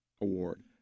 Award